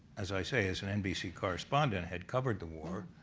as i say, as an nbc correspondent had covered the war.